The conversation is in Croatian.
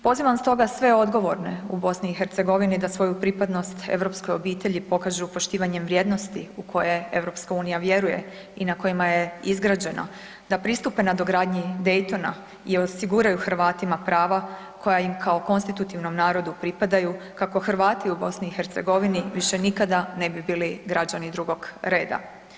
Pozivam stoga sve odgovorne u BiH da svoju pripadnost europskoj obitelji pokažu poštivanjem vrijednosti u koje EU vjeruje i na kojima je izgrađeno, da pristupe nadogradnji Daytona i osiguraju Hrvatima prava koja im kao konstitutivnom narodu pripadaju kako Hrvati u Bosni i Hercegovini više nikada ne bi bili građani drugog reda.